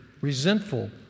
resentful